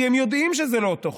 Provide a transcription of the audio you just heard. כי הם יודעים שזה לא אותו חוק.